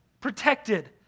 protected